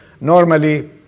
normally